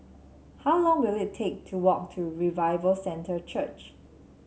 how long will it take to walk to Revival Centre Church